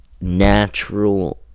natural